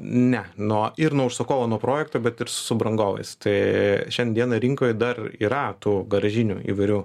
ne nuo ir nuo užsakovo nuo projekto bet ir subrangovais tai šiandieną rinkoj dar yra tų garažinių įvairių